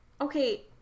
Okay